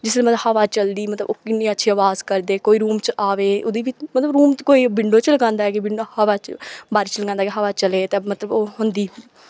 जिसलै मतलब हवा चलदी मतलब ओह् कि'न्नी अच्छी अवाज़ करदे कोई रूम च आवै ओह्दी बी मतलब रूम च मतलब कोई बिन्डो च लगांदे ऐ कि हवा च बाहरी च लांदे कि हवा चले ते मतलब ओह् होंदी